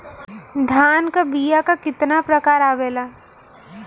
धान क बीया क कितना प्रकार आवेला?